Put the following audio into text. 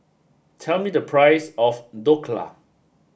tell me the price of Dhokla